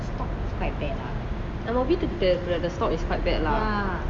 நம்ம வீடு கிட்ட இருக்குற:namma veetu kita irukura the stock is quite bad lah